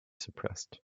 suppressed